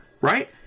right